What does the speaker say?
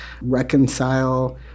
reconcile